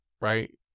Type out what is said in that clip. Right